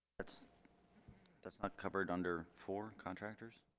that's that's not covered under for contractors?